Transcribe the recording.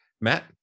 matt